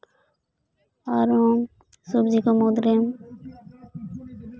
ᱟᱨᱚ ᱥᱚᱵᱽᱡᱤ ᱠᱚ ᱢᱩᱫᱽ ᱨᱮ